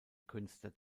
künstler